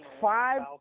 five